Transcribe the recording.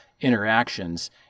interactions